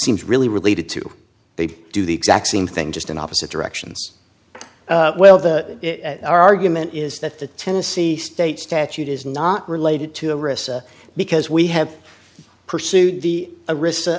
seems really related to they do the exact same thing just in opposite directions well the argument is that the tennessee state statute is not related to risk because we have pursued the a ris